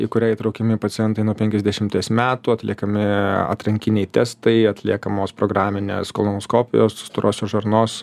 į kurią įtraukiami pacientai nuo penkiasdešimties metų atliekami atrankiniai testai atliekamos programinės kolonoskopijos storosios žarnos